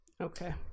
Okay